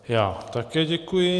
Já také děkuji.